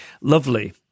lovely